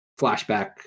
flashback